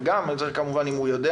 וגם זה כמובן אם הוא יודע.